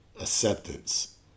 Acceptance